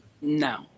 no